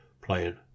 Playing